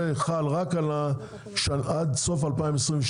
זה חל רק עד סוף 2022,